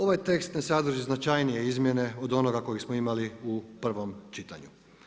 Ovaj tekst ne sadrži značajnije izmjene od onoga koji smo imali u prvom čitanju.